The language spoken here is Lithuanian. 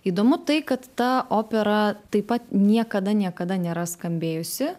įdomu tai kad ta opera taip pat niekada niekada nėra skambėjusi